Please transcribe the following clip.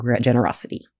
generosity